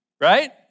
right